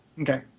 Okay